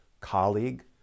colleague